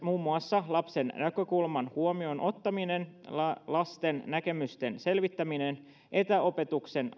muun muassa lapsen näkökulman huomioon ottaminen lasten näkemysten selvittäminen etäopetuksen